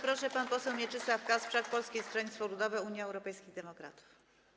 Proszę, pan poseł Mieczysław Kasprzak, Polskie Stronnictwo Ludowe - Unia Europejskich Demokratów.